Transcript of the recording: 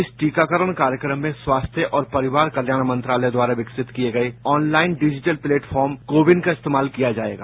इस टीकाकरण कार्यक्रम में स्वास्थ्य और परिवार कल्याण मंत्रालय द्वारा विकसित किए गए online digital platform CoWIN का इस्तेमाल किया जाएगा